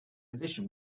edition